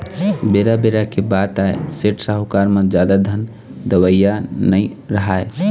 बेरा बेरा के बात आय सेठ, साहूकार म जादा धन देवइया नइ राहय